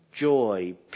joy